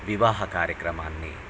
వివాహ కార్యక్రమాన్ని